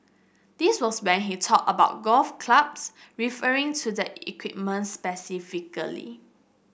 this was when he talked about golf clubs referring to the equipment specifically